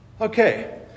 Okay